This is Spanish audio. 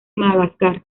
madagascar